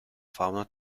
fauna